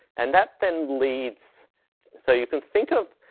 and that then leads so you can think of,